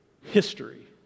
history